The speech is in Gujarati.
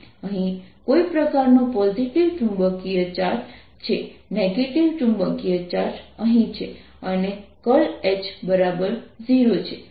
અહીં કોઈ પ્રકારનો પોઝિટિવ ચુંબકીય ચાર્જ છે નેગેટિવ ચુંબકીય ચાર્જ અહીં છે અને H0 છે